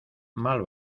mal